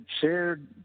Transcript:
shared